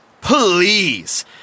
Please